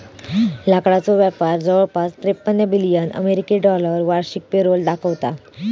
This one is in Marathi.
लाकडाचो व्यापार जवळपास त्रेपन्न बिलियन अमेरिकी डॉलर वार्षिक पेरोल दाखवता